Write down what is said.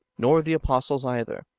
nor the apostles either.